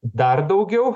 dar daugiau